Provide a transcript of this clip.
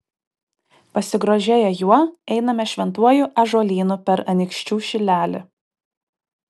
pasigrožėję juo einame šventuoju ąžuolynu per anykščių šilelį